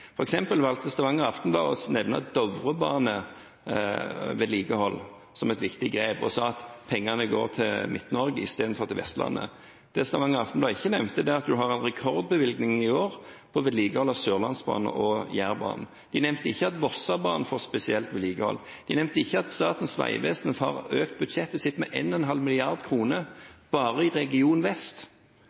valgte Stavanger Aftenblad å nevne vedlikehold av Dovrebanen som et viktig grep og sa at pengene går til Midt-Norge i stedet for til Vestlandet. Det Stavanger Aftenblad ikke nevnte, er at en har rekordbevilgninger i år på vedlikehold av Sørlandsbanen og Jærbanen. De nevnte ikke at Vossabanen får spesielt vedlikehold. De nevnte ikke at Statens vegvesen får økt budsjettet sitt med 1,5 mrd. kr bare i region vest.